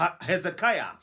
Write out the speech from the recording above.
Hezekiah